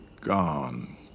gone